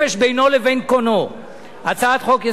הצעת חוק-יסוד: נשיא המדינה (תיקון,